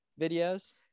videos